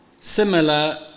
similar